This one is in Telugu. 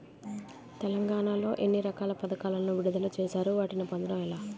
తెలంగాణ లో ఎన్ని రకాల పథకాలను విడుదల చేశారు? వాటిని పొందడం ఎలా?